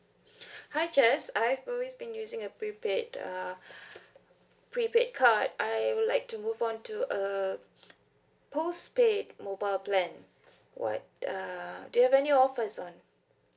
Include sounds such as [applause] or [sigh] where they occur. [breath] hi jess I've always been using a prepaid uh [breath] prepaid card I would like to move on to a postpaid mobile plan what uh do you have any offers on